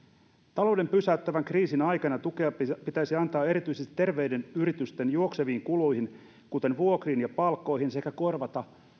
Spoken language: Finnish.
talouden pysäyttävän kriisin aikana tukea pitäisi antaa erityisesti terveiden yritysten juokseviin kuluihin kuten vuokriin ja palkkoihin sekä korvata